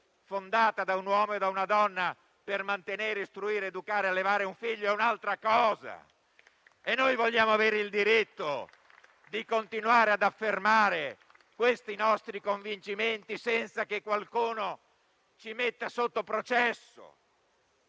fondata da un uomo e da una donna per mantenere, istruire, educare e allevare un figlio è un'altra cosa. E noi vogliamo avere il diritto di continuare ad affermare questi nostri convincimenti senza che qualcuno ci metta sotto processo.